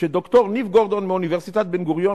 כשד"ר ניב גורדון מאוניברסיטת בן-גוריון